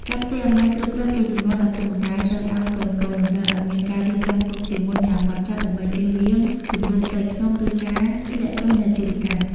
ការផ្ទេរអំណាចគ្រប់គ្រងពីជំនាន់ឪពុកម្ដាយទៅឱ្យកូនៗ តម្រូវឱ្យមានការរៀបចំទុកជាមុនយ៉ាងហ្មត់ចត់ ដើម្បីចៀសវាងជម្លោះផ្ទៃក្នុង ឬការធ្លាក់ចុះនៃអាជីវកម្ម។